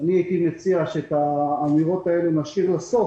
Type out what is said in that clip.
הייתי מציע שאת האמירות האלה נשאיר לסוף